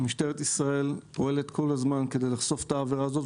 משטרת ישראל פועלת כל הזמן כדי לחשוף את העבירה הזאת,